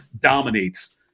dominates